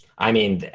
i mean,